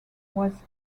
was